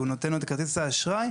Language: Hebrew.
שהוא נותן לו את כרטיס האשראי,